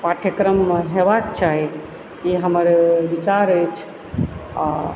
पाठ्यक्रममे हेबाक चाही ई हमर विचार अछि आ